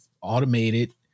automated